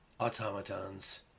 automatons